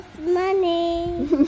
money